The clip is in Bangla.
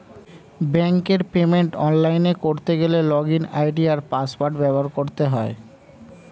ব্যাঙ্কের পেমেন্ট অনলাইনে করতে গেলে লগইন আই.ডি আর পাসওয়ার্ড ব্যবহার করতে হয়